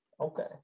Okay